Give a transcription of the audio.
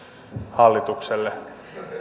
hallitukselle